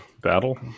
battle